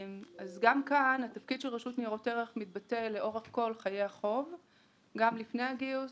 התפקיד של רשות ניירות ערך מתבטא לאורך כל חיי החוב - לפני הגיוס,